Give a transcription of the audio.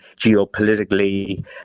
geopolitically